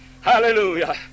Hallelujah